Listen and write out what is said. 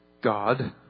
God